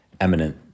eminent